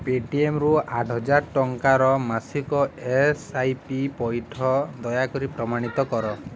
ପେଟିଏମ୍ରୁ ଆଠ ହଜାର ଟଙ୍କାର ମାସିକ ଏସ୍ ଆଇ ପି ପଇଠ ଦୟାକରି ପ୍ରମାଣିତ କର